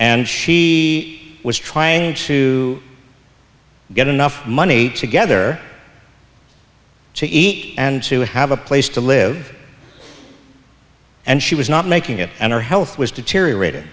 and she was trying to get enough money together to eat and to have a place to live and she was not making it and her health was deteriorat